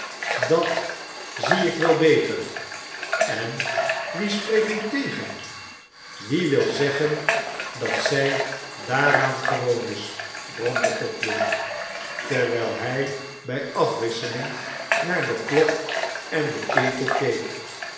dat zie ik wel beter en wie spreekt u tegen wie wil zeggen dat zij daaraan gewoon is bromde codlin terwijl hij bij afwisseling naar de klok en den ketel